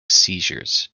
seizures